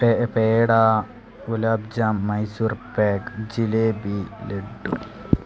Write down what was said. peda gulab jam Mysore pak jalebi laddu